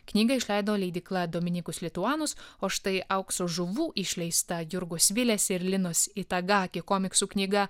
knygą išleido leidykla dominicus lituanus o štai aukso žuvų išleista jurgos vilės ir linos itagaki komiksų knyga